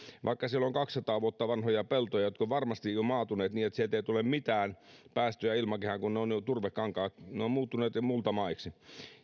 vaikka siellä on kaksisataa vuotta vanhoja peltoja jotka ovat varmasti jo maatuneet niin että sieltä ei tule mitään päästöjä ilmakehään kun ne turvekankaat ovat muuttuneet jo multamaiksi